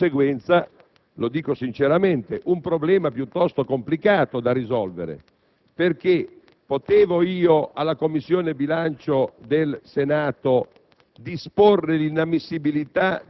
Mi sono posto di conseguenza - lo dico sinceramente - un problema piuttosto complicato da risolvere: potevo io alla Commissione bilancio del Senato